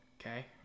Okay